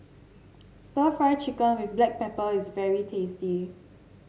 stir Fry Chicken with Black Pepper is very tasty